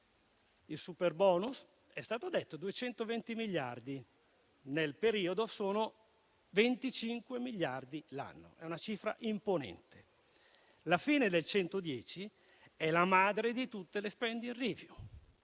Il superbonus - com'è stato detto - vale 220 miliardi; nel periodo, sono 25 miliardi l'anno. È una cifra imponente. La fine del 110 per cento è la madre di tutte le *spending review*: